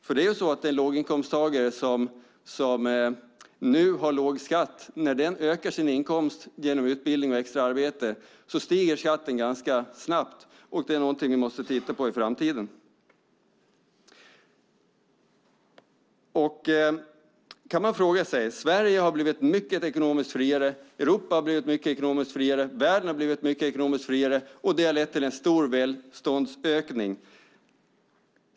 För låginkomsttagare som nu har låg skatt stiger skatten ganska snabbt när de ökar sin inkomst genom utbildning och extra arbete. Det är någonting vi måste titta på i framtiden. Man kan fråga sig en sak. Sverige har blivit ekonomiskt mycket friare. Europa har blivit ekonomiskt mycket friare. Världen har blivit ekonomiskt mycket friare. Detta har lett till en stor välståndsökning.